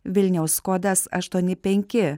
vilniaus kodas aštuoni penki